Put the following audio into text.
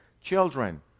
Children